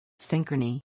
Synchrony